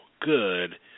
good